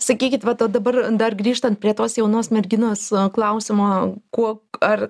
sakykit vat o dabar dar grįžtant prie tos jaunos merginos klausimo kuo ar